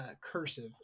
cursive